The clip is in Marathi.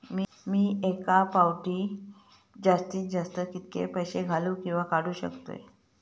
मी एका फाउटी जास्तीत जास्त कितके पैसे घालूक किवा काडूक शकतय?